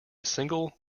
single